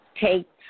take